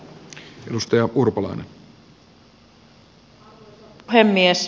arvoisa puhemies